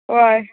वोय